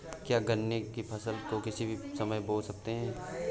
क्या गन्ने की फसल को किसी भी समय बो सकते हैं?